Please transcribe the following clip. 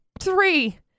three